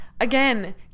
again